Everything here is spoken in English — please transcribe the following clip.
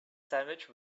sandwich